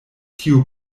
tio